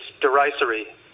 derisory